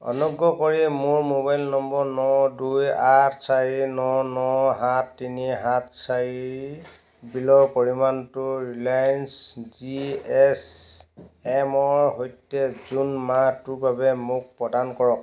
অনুগ্ৰহ কৰি মোৰ মোবাইল নম্বৰ ন দুই আঠ চাৰি ন ন সাত তিনি সাত চাৰিৰ বিলৰ পৰিমাণটো ৰিলায়েন্স জি এছ এম ৰ সৈতে জুন মাহটোৰ বাবে মোক প্ৰদান কৰক